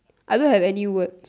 I don't have any word